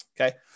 okay